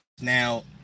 now